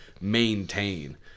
maintain